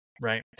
right